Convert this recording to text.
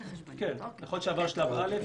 יכול להיות שעבר שלב א',